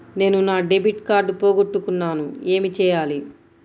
నేను నా debit card పోగొట్టుకున్నాను ఏమి చేయాలి?